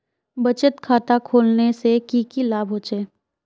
बचत खाता खोलने से की की लाभ होचे?